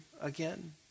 again